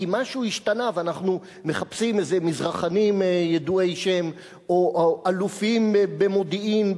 כי משהו השתנה ואנחנו מחפשים איזה מזרחנים ידועי-שם או אלופים במודיעין,